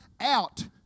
out